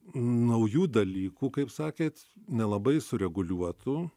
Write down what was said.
naujų dalykų kaip sakėt nelabai sureguliuotų